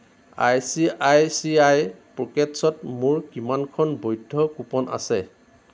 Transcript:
I C I C I পকেটছ্ত মোৰ কিমানখন বৈধ কুপন আছে